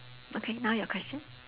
okay now your question